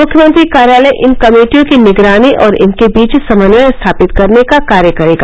मुख्यमंत्री कार्यालय इन कमेटियों की निगरानी और इनके बीच समन्वय स्थापित करने का कार्य करेगा